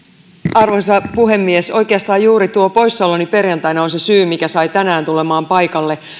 arvoisa puhemies oikeastaan juuri tuo poissaoloni perjantaina on se syy mikä sai tänään tulemaan paikalle